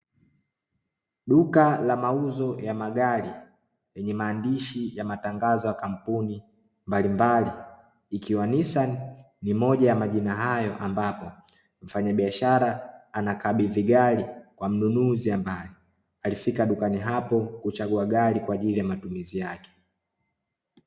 Duka la mauzo ya magari lenye maandishi ya matangazo ya kampuni mbalimbali ikiwa "NISSAN" ni moja ya majina hayo ambapo, mfanyabiashara anakabidhi gari kwa mnunuzi ambaye alifika dukani hapo kuchagua gari kwa ajili ya matumizi yake.